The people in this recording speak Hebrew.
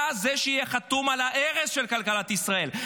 אתה זה שיהיה חתום על ההרס של כלכלת ישראל.